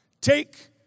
Take